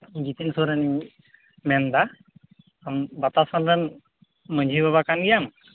ᱡᱤᱛᱮᱱ ᱥᱚᱨᱮᱱᱤᱧ ᱢᱮᱱ ᱮᱫᱟ ᱟᱢ ᱵᱟᱛᱟᱥᱳᱞ ᱨᱮᱱ ᱢᱟᱺᱡᱷᱤ ᱵᱟᱵᱟ ᱠᱟᱱ ᱜᱮᱭᱟᱢ